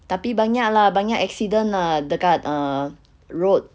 tapi banyak lah banyak accident lah dekat uh road